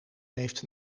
heeft